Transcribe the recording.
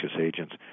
agents